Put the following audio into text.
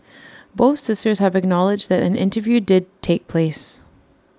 both sisters have acknowledged that an interview did take place